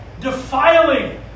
defiling